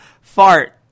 Fart